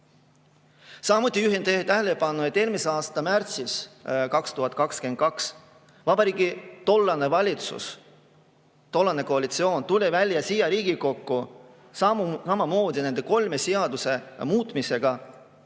Samuti juhin teie tähelepanu, et eelmise aasta märtsis, 2022, vabariigi tollane valitsus, tollane koalitsioon tuli siia Riigikokku samamoodi nende kolme seaduse muutmisega